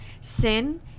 sin